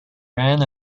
ran